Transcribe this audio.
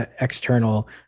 external